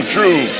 True